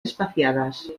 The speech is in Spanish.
espaciadas